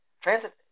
transit